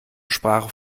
sprache